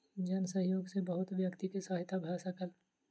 जन सहयोग सॅ बहुत व्यक्ति के सहायता भ सकल